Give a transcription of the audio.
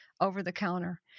over-the-counter